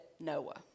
Noah